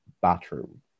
bathroom